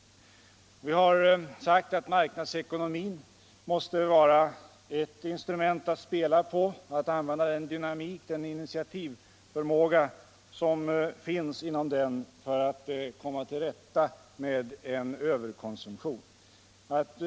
Vi har sagt att marknadsekonomin måste vara ett instrument att spela på, att man måste använda den dynamik, den initiativförmåga som finns inom den för att komma till rätta med en överkonsumtion.